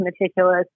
meticulous